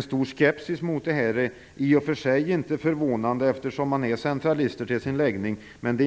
stor skepsis mot detta. Det är i och för sig inte förvånande, eftersom de är centralister till sin läggning.